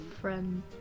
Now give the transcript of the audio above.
friend